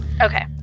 Okay